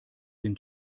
den